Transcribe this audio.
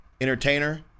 entertainer